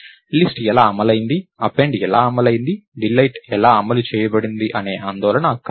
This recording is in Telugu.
లిస్ట్ ఎలా అమలైంది అపెండ్ ఎలా అమలైంది డిలీట్ ఎలా అమలు చేయబడింది అనే ఆందోళన అక్కర్లేదు